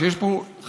שיש פה חשש